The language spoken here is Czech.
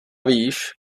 víš